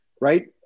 right